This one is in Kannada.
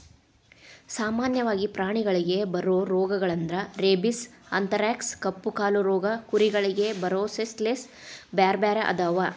ಸಾಮನ್ಯವಾಗಿ ಪ್ರಾಣಿಗಳಿಗೆ ಬರೋ ರೋಗಗಳಂದ್ರ ರೇಬಿಸ್, ಅಂಥರಾಕ್ಸ್ ಕಪ್ಪುಕಾಲು ರೋಗ ಕುರಿಗಳಿಗೆ ಬರೊಸೋಲೇಸ್ ಬ್ಯಾರ್ಬ್ಯಾರೇ ಅದಾವ